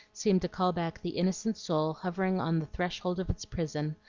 seemed to call back the innocent soul hovering on the threshold of its prison,